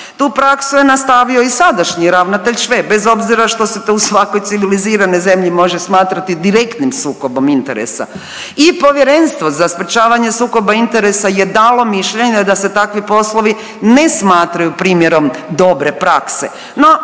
Tu praksu je nastavio i sadašnji ravnatelj Šveb bez obzira što se to u svakoj civiliziranoj zemlji može smatrati direktnim sukobom interesa. I Povjerenstvo za sprječavanje sukoba interesa je dalo mišljenje da se takvi poslovi ne smatraju primjerom dobre prakse,